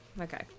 Okay